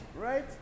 Right